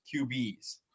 QBs